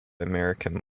american